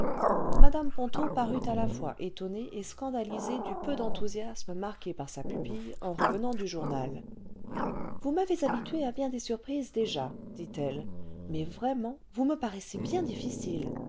mme ponto parut à la fois étonnée et scandalisée du peu d'enthousiasme marqué par sa pupille en revenant du journal vous m'avez habituée à bien des surprises déjà dit-elle mais vraiment vous me paraissez bien difficile